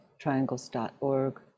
triangles.org